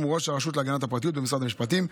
ראש הרשות להגנת הפרטיות במשרד המשפטים.